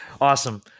Awesome